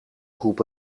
groep